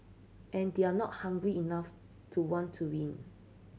and they're not hungry enough to want to win